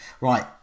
right